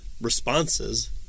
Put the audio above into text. responses